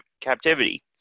captivity